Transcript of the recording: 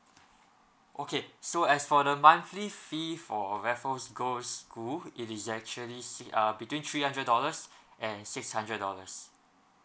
okay so as for the monthly fee for raffles girls school it is actually s~ uh between three hundred dollars and six hundred dollars